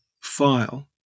file